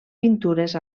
pintures